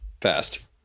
fast